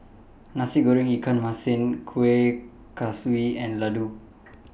Nasi Goreng Ikan Masin Kueh Kaswi and Laddu